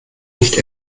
nicht